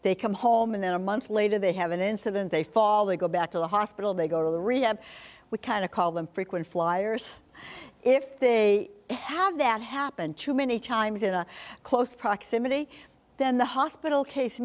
they come home and then a month later they have an incident they fall they go back to the hospital they go to the rehab we kind of call them frequent flyers if they have that happen to many times in a close proximity then the hospital case